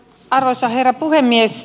arvoisa herra puhemies